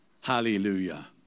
Hallelujah